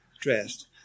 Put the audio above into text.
dressed